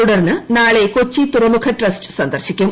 തുടർന്ന് നാളെ കൊച്ചി തുറമുഖ ട്രസ്റ്റ് സന്ദർശിക്കും